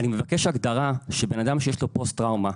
אני מבקש הגדרה שבן-אדם שיש לו פוסט-טראומה